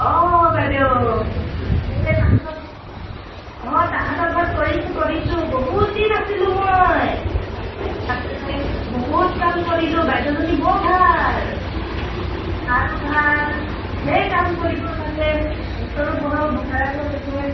অঁ বাইদেউ সেই তাহাঁঁতৰ ঘৰত অঁ তাহাঁঁতৰ ঘৰত কৰিছোঁ কৰিছোঁ বহুত দিন আছিলোঁ মই তাতে বহুত কাম কৰিলোঁ বাইদেইজনী বৰ ভাল ছাৰো ভাল ঢেৰ কাম কৰিব লাগে সিহঁতৰো বহু ভাড়া ঘৰত আছে